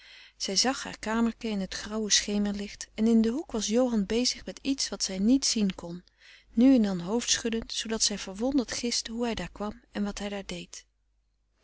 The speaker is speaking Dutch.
zij zag haar kamerken in t grauwe schemerlicht en in den hoek was johan bezig met iets wat zij niet zien kon nu en dan hoofdschuddend zoodat zij verwonderd giste hoe hij daar kwam en wat hij daar deed